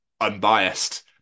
unbiased